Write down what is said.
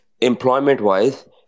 employment-wise